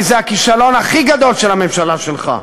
כי זה הכישלון הכי גדול של הממשלה שלך.